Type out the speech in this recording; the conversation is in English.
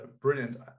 brilliant